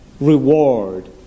reward